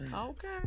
Okay